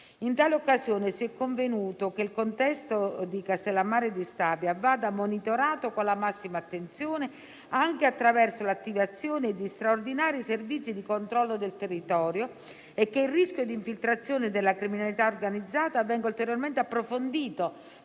In tale occasione si è convenuto che il contesto di Castellammare di Stabia vada monitorato con la massima attenzione, anche attraverso l'attivazione di straordinari servizi di controllo del territorio e che il rischio di infiltrazione della criminalità organizzata venga ulteriormente approfondito